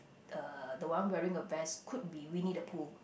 uh the one wearing the vest could be Winnie-the-Pooh